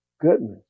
goodness